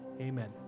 amen